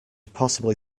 possibly